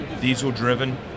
diesel-driven